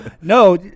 No